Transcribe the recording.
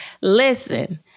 listen